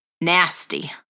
nasty